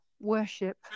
worship